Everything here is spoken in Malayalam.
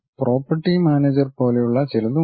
പ്രോപ്പർട്ടി മാനേജർ പോലെയുള്ള ചിലത് ഉണ്ട്